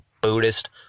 Buddhist